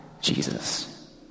Jesus